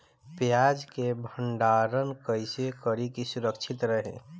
प्याज के भंडारण कइसे करी की सुरक्षित रही?